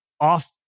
Off